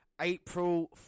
April